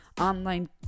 online